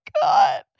God